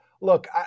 Look